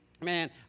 man